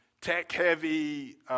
tech-heavy